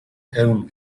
тавина